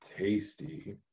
Tasty